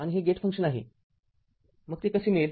आणि हे get function आहे मग ते कसे मिळेल